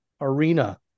arena